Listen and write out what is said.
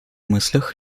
мыслях